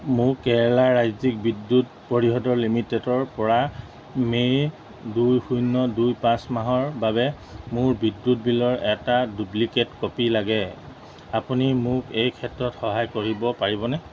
মো কেৰালা ৰাজ্যিক বিদ্যুৎ পৰিষদৰ লিমিটেডৰ পৰা মে' দুই শূন্য দুই পাঁচ মাহৰ বাবে মোৰ বিদ্যুৎ বিলৰ এটা ডুপ্লিকেট কপি লাগে আপুনি মোক এই ক্ষেত্ৰত সহায় কৰিব পাৰিবনে